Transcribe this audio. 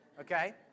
okay